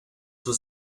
was